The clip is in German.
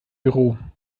büro